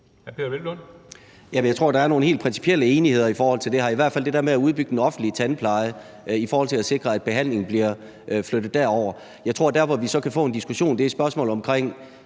Jeg tror, der er en helt principiel enighed her, i hvert fald om det der med at udbygge den offentlige tandpleje for at sikre, at behandlingen bliver flyttet derover. Jeg tror, at der, hvor vi så kan få en diskussion, er i spørgsmålet om,